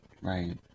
right